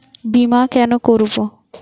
বিমা কেন করব?